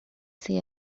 see